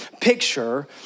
picture